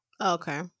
Okay